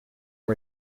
him